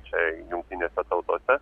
čia jungtinėse tautose